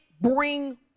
bring